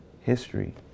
history